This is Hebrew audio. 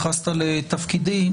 המצב הזה הוביל אותו לשם.